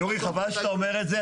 יורי, חבל שאתה אומר את זה.